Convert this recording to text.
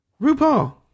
RuPaul